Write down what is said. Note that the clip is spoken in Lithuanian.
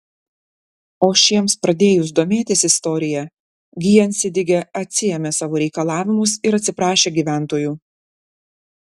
o šiems pradėjus domėtis istorija gjensidige atsiėmė savo reikalavimus ir atsiprašė gyventojų